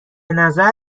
نظر